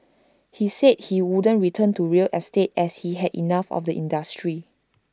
he said he wouldn't return to real estate as he had enough of the industry